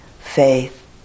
faith